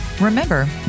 Remember